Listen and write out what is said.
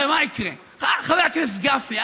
הרי מה יקרה, חבר הכנסת גפני?